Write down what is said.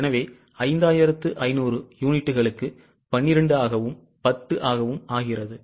எனவே 5500 யூனிட்டுகளுக்கு 12 ஆகவும் 10 ஆகவும் ஆகிறது